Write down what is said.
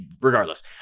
Regardless